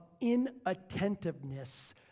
inattentiveness